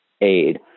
aid